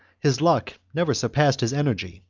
his luck never surpassed his energy,